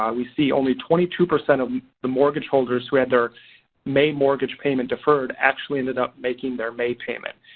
um we see only twenty two percent of the mortgage holders who had their may mortgage payment deferred actually ended up making their may payment.